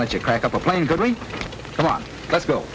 much a crack up a plane going come on let's go